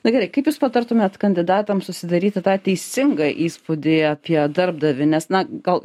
na gerai kaip jūs patartumėt kandidatams susidaryti tą teisingą įspūdį apie darbdavį nes na gal